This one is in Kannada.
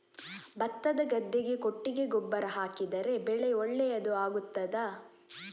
ಭತ್ತದ ಗದ್ದೆಗೆ ಕೊಟ್ಟಿಗೆ ಗೊಬ್ಬರ ಹಾಕಿದರೆ ಬೆಳೆ ಒಳ್ಳೆಯದು ಆಗುತ್ತದಾ?